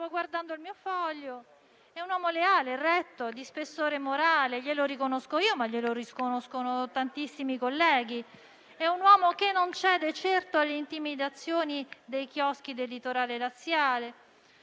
guardando il mio foglio. È un uomo leale, retto, di spessore morale, glielo riconosco io ma glielo riconoscono tantissimi colleghi. È un uomo che non cede certo alle intimidazioni dei chioschi del litorale laziale.